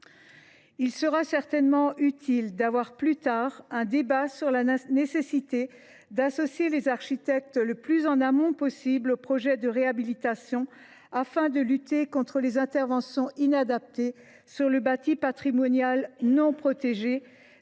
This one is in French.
Il sera certainement utile de débattre ultérieurement de la nécessité d’associer les architectes plus en amont des projets de réhabilitation, afin de lutter contre les interventions inadaptées sur le bâti patrimonial non protégé.